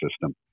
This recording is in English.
system